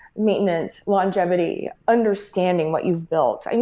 maintenance, longevity, understanding what you've built.